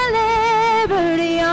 liberty